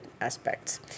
aspects